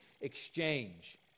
exchange